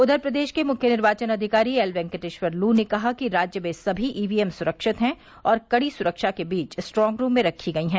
उधर प्रदेश के मुख्य निर्वाचन अधिकारी एल वेंकेटेश्वर लू ने कहा कि राज्य में सभी ईवीएम सुरक्षित हैं और कड़ी सुरक्षा के बीच स्ट्रांगरूम में रखी गई हैं